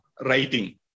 writing